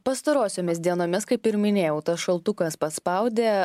pastarosiomis dienomis kaip ir minėjau tas šaltukas paspaudė